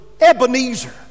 Ebenezer